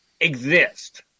exist